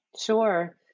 Sure